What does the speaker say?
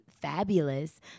Fabulous